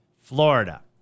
florida